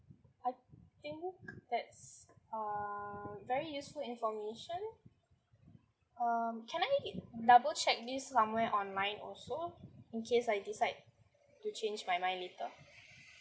I think that's uh very useful information um can I double check this somewhere online also in case I decide to change my my mind later